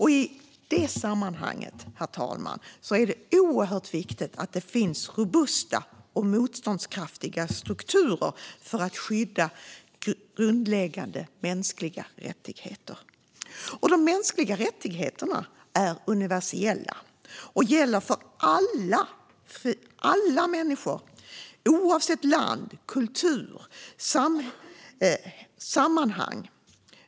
I sådana sammanhang är det oerhört viktigt med robusta och motståndskraftiga strukturer för att skydda grundläggande mänskliga rättigheter, herr talman. Dessa rättigheter är universella och gäller alla människor oavsett land, kultur och sammanhang.